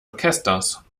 orchesters